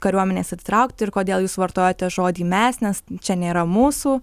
kariuomenės atitraukti ir kodėl jūs vartojate žodį mes nes čia nėra mūsų